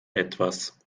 etwas